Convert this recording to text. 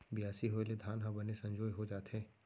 बियासी होय ले धान ह बने संजोए हो जाथे